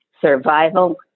survival